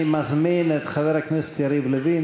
אני מזמין את חבר הכנסת יריב לוין,